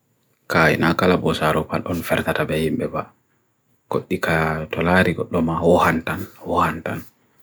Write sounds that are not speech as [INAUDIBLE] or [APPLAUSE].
ka inakala bosaropad unferdata behim beba kot di ka [HESITATION] tolaari kot loma ohantan, ohantan.